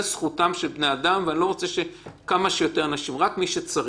רק מי שצריך.